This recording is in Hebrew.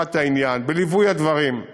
בדחיפת העניין, בליווי הדברים.